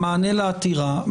המענה לעתירה,